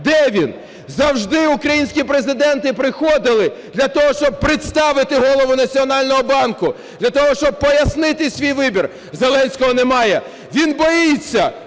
Де він? Завжди українські президенти приходили для того, щоб представити Голову Національного банку, для того, щоб пояснити свій вибір. Зеленського немає. Він боїться.